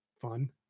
fun